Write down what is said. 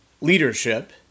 leadership